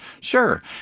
Sure